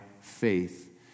faith